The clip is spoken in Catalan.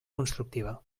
constructiva